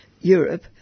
Europe